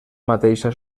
mateixa